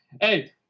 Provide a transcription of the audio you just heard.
hey